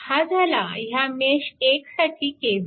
हा झाला ह्या मेश 1 साठी KVL